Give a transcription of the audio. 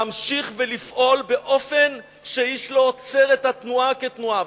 להמשיך ולפעול באופן שאיש לא עוצר את התנועה כתנועה.